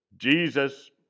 Jesus